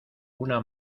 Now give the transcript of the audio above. una